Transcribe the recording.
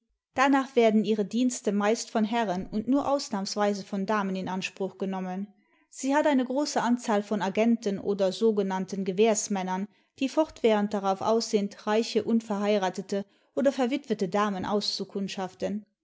danach werden ihre dienste meist von herren und nur ausnahmsweise von damen in anspruch genommen sie hat eine große anzahl von agenten oder sogenannten gewährsmännern die fortwährend darauf aus sind reiche im verheiratete oder verwitwete damen auszukundschaften